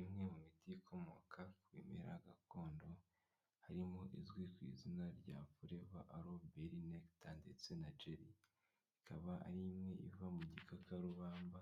Imwe mu miti ikomoka kubimera gakondo harimo izwi ku izina rya Aloe berry nectar ndetse na gel ikaba ari imwe iva mu gikakarubamba